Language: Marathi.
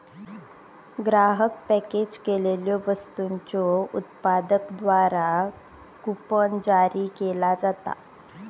ग्राहक पॅकेज केलेल्यो वस्तूंच्यो उत्पादकांद्वारा कूपन जारी केला जाता